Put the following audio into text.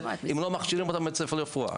אם לא מכשירים אותם בבית ספר לרפואה?